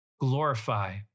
glorify